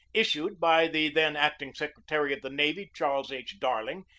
issued by the then acting secretary of the navy, charles h. darling,